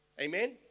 amen